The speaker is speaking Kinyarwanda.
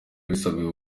basabwe